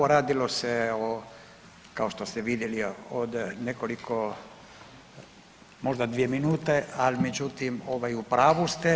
Radilo se kao što ste vidjeli od nekoliko možda dvije minute, ali međutim u pravu ste.